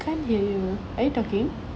can't hear you are you talking